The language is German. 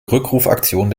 rückrufaktion